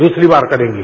दूसरी बार करेंगे